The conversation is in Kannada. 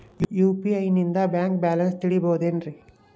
ಯು.ಪಿ.ಐ ನಿಂದ ಬ್ಯಾಂಕ್ ಬ್ಯಾಲೆನ್ಸ್ ತಿಳಿಬಹುದೇನ್ರಿ?